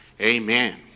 Amen